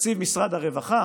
תקציב משרד הרווחה